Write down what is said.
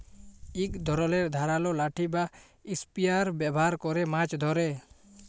ইক ধরলের ধারালো লাঠি বা ইসপিয়ার ব্যাভার ক্যরে মাছ ধ্যরে